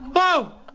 oh,